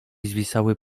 zwisały